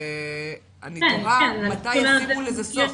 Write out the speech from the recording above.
אני תוהה מתי ישימו לזה סוף,